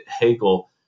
Hegel